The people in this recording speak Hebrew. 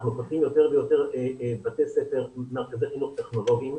אנחנו פותחים יותר ויותר מרכזי חינוך טכנולוגיים.